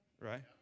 right